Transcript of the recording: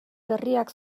berriak